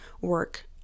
work